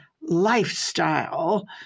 lifestyle